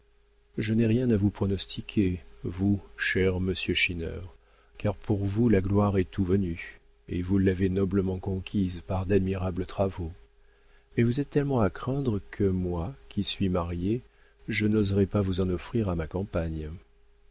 je n'ai rien à vous pronostiquer mon cher monsieur schinner car pour vous la gloire est toute venue et vous l'avez noblement conquise par d'admirables travaux mais vous êtes tellement à craindre que moi qui suis marié je n'oserais pas vous en offrir à ma campagne